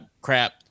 crap